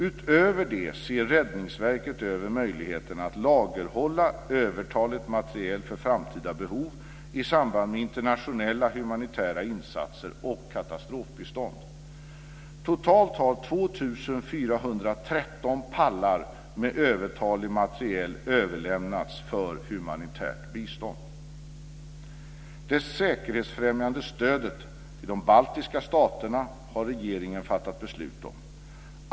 Utöver det ser Räddningsverket över möjligheten att lagerhålla övertaligt materiel för framtida behov i samband med internationella humanitära insatser och katastrofbistånd. Totalt har 2 413 pallar med övertalig materiel överlämnats för humanitärt bistånd. Det säkerhetsfrämjande stödet till de baltiska staterna har regeringen fattat beslut om.